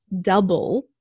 double